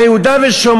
הרי יהודה ושומרון,